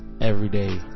everyday